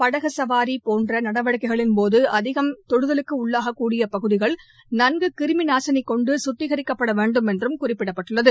படகு கவாரி போன்ற நடவடிக்கைகளின் போது அதிகம் தொடுதலுக்கு உள்ளாகக் கூடிய பகுதிகள் நன்கு கிருமிநாசினி கொண்டு கத்திகரிக்கப்பட வேண்டும் என்றும் குறிப்பிடப்பட்டுள்ளது